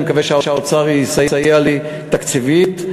ואני מקווה שהאוצר יסייע לי תקציבית.